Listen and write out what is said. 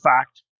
fact